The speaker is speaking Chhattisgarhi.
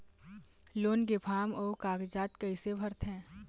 लोन के फार्म अऊ कागजात कइसे भरथें?